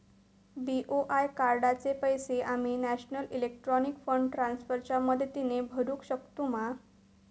BOI कार्डाचे पैसे आम्ही नेशनल इलेक्ट्रॉनिक फंड ट्रान्स्फर च्या मदतीने भरुक शकतू मा?